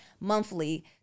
monthly